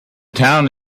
town